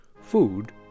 Food